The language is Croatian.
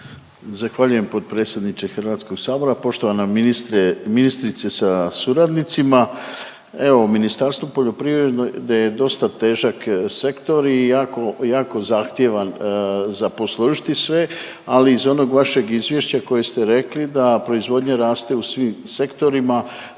Zahvaljujem potpredsjedniče Hrvatskog sabora. Poštovana ministre, ministrice sa suradnicima, evo Ministarstvo poljoprivrede je dosta težak sektor i jako, jako zahtjevan za posložiti sve, ali iz onog vašeg izvješća koje ste rekli da proizvodnja raste u svim sektorima